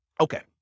okay